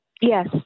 Yes